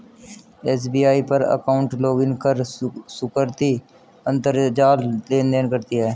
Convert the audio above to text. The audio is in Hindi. एस.बी.आई पर अकाउंट लॉगइन कर सुकृति अंतरजाल लेनदेन करती है